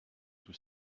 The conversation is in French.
tout